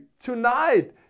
tonight